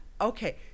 Okay